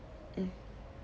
mm